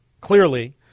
Clearly